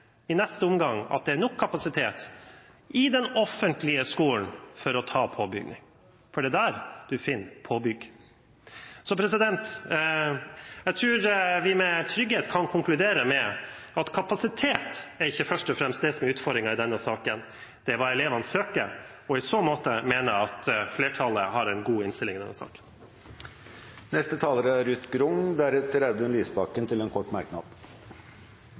i neste omgang er nok kapasitet i den offentlige skolen for å ta påbygging. Det er der man finner den. Jeg tror vi trygt kan konkludere med at kapasitet er ikke det som først og fremst er utfordringen i denne saken. Det er hva elevene søker. I så måte mener jeg at flertallet har en god innstilling i denne saken. Denne saken handler først og fremst om ungdommene våre, at de får en mulighet til